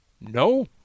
No